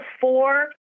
four